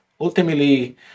Ultimately